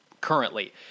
currently